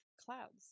clouds